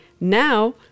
now